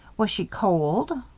was she cold?